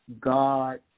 God